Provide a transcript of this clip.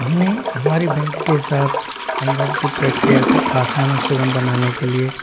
हमने हमारी बैंक के साथ अनुभव की प्रक्रिया को आसान और सुगम बनाने के लिए